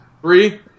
Three